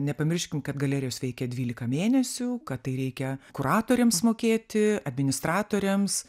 nepamirškim kad galerijos veikia dvylika mėnesių kad tai reikia kuratoriams mokėti administratoriams